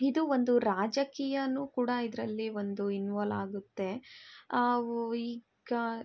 ಇದು ಒಂದು ರಾಜಕೀಯವೂ ಕೂಡ ಇದರಲ್ಲಿ ಒಂದು ಇನ್ವಾಲ್ ಆಗುತ್ತೆ ಅವೂ ಈಗ